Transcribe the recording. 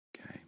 okay